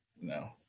No